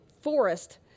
forest